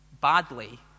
badly